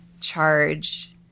charge